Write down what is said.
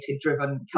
driven